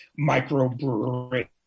microbrewery